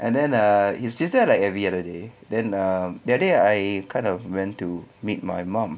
and then ah she's there like every other day then um that day I kind of went to meet my mum